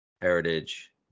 Heritage